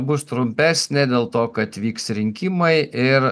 bus trumpesnė dėl to kad vyks rinkimai ir